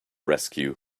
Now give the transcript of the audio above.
rescue